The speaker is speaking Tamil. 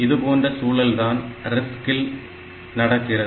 இதுபோன்ற சூழல் தான் RISC இல் நடக்கிறது